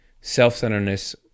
self-centeredness